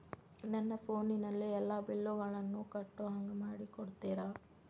ನನ್ನ ಫೋನಿನಲ್ಲೇ ಎಲ್ಲಾ ಬಿಲ್ಲುಗಳನ್ನೂ ಕಟ್ಟೋ ಹಂಗ ಮಾಡಿಕೊಡ್ತೇರಾ?